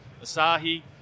Asahi